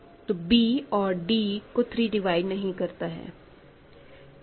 तो b और d को 3 डिवाइड नहीं करता है